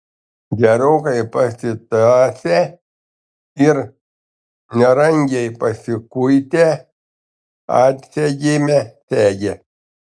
gerokai pasitąsę ir nerangiai pasikuitę atsegėme segę